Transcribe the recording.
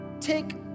Take